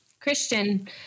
Christian